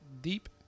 deep